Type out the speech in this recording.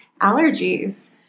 allergies